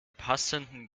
passenden